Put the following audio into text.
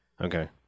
Okay